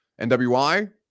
NWI